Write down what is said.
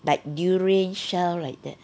like durian shell like that